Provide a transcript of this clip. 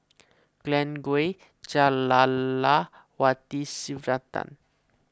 Glen Goei Jah Lelawati Sylvia Tan